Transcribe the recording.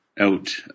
out